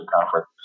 Conference